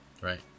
Right